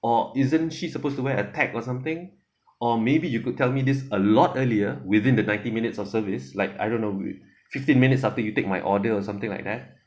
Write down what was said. or isn't she supposed to wear a tag or something or maybe you could tell me this a lot earlier within the ninety minutes of service like I don't know with fifteen minutes after you take my order or something like that